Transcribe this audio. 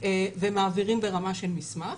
ומעבירים ברמה של מסמך.